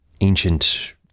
ancient